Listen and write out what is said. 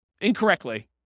incorrectly